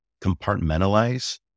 compartmentalize